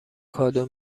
کادو